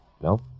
Nope